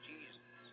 Jesus